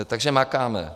Takže makáme.